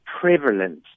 prevalent